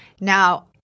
Now